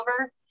over